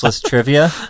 trivia